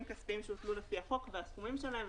כספיים שהוטלו לפי החוק והסכומים שלהם.